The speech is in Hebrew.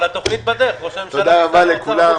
תודה רבה לכולם.